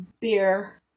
beer